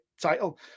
title